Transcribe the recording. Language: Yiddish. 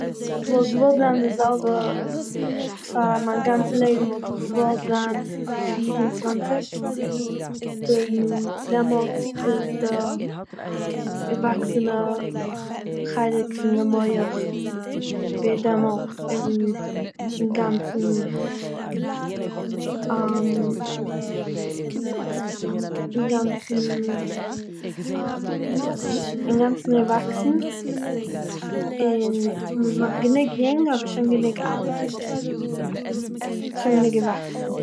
איך וואלט געוואלט זיין די זעלבע פאר מיין גאנצע לעבן וואלט איך געוואלט זיין פיר און צוואנציג, וועגן דעמאלטס איז די דערוואקסענע חלק פון די מח ווערט דעמאלטס אינגאנצן אינגאנצן- אינגאנצן ערוואקסן, און מ'איז נאך גענוג יונג אבער שוין גענוג אלט, שוין גענוג געוואקסן